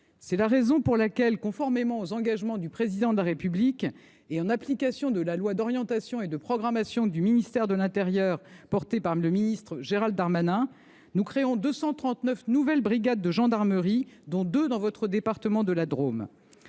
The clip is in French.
C’est la raison pour laquelle, conformément aux engagements du Président de la République et en application de la loi d’orientation et de programmation du ministère de l’intérieur défendue par le ministre Gérald Darmanin, nous créons 239 nouvelles brigades de gendarmerie, dont deux sont situées dans votre département de la Drôme.